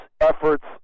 efforts